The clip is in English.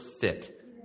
fit